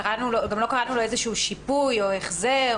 וגם לא קראנו לו שיפוי או החזר,